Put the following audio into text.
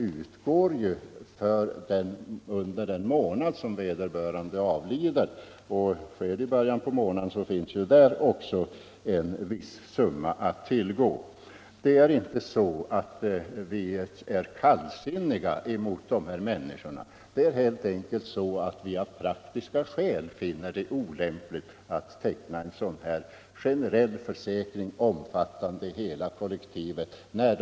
Jag håller med om detta, men oavsett vad vi tycker om den saken är det många som ändå känner någon form av mindervärdighet om de behöver gå till socialvården och begära hjälp för inköp av kista och alla de attiraljer som hör till en begravning. De upplever det i varje fall så. Det skulle de inte behöva göra om man hade en obligatorisk begravningsförsäkring. Premierna för denna borde inte bli så höga när man har ett obligatorium. Jag har inga alldeles aktuella siffror, men år 1969 var det 65 000 folkpensionärer som avled. Man kan utgå ifrån att en övervägande del av dessa saknade begravningsförsäkring — de som kanske bäst av alla behövde en sådan. Jag kan erinra om att man har en allmän begravningsförsäkring i Danmark, Finland och om jag inte är alldeles felunderrättad också i Norge.